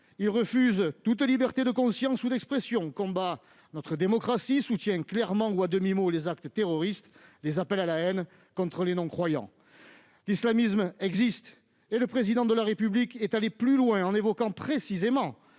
Il refuse toute liberté de conscience ou d'expression, combat notre démocratie, soutient clairement, ou à demi-mot, les actes terroristes, les appels à la haine contre les non-croyants. L'islamisme existe, et le Président de la République est allé plus loin en évoquant précisément